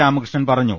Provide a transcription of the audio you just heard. രാമകൃഷ്ണൻ പറഞ്ഞു